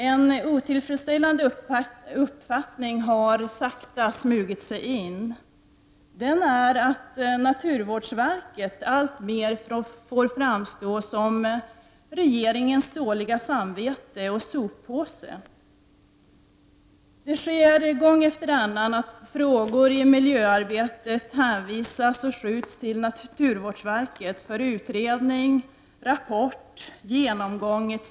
En otillfredsställande uppfattning har sakta smugit sig in. Naturvårdsverket får nämligen alltmer framstå som regeringens dåliga samvete och soppåse. Gång efter annan hänvisas frågor i miljöarbetet till naturvårdsverket för utredning, rapport, genomgång, etc.